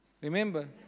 Remember